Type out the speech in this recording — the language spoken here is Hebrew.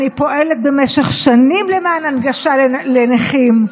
אני פועלת במשך שנים למען הנגשה לנכים.